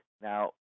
Now